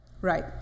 Right